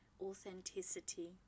authenticity